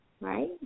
right